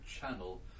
channel